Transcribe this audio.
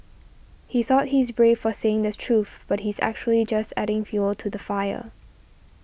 he thought he is brave for saying the truth but he's actually just adding fuel to the fire